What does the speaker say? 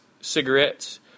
cigarettes